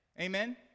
Amen